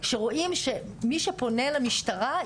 שרואים שמי שפונה למשטרה,